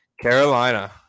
Carolina